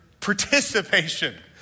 participation